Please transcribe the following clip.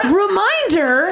reminder